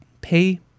pay